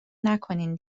نکنین